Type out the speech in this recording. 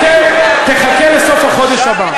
תחכה לסוף החודש הבא.